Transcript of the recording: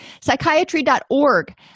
Psychiatry.org